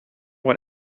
what